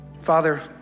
Father